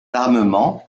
armements